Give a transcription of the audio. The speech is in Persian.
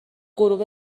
غروب